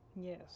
Yes